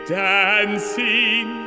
dancing